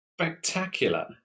Spectacular